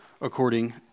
according